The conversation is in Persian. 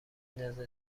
ندازه